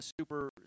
super